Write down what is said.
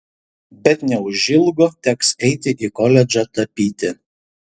bet neužilgo teks eiti į koledžą tapyti